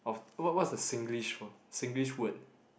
of what what what's the Singlish for Singlish word